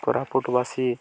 କୋରାପୁଟବାସୀ